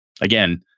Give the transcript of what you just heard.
again